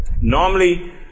Normally